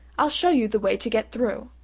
i'll show you the way to get through.